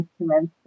instruments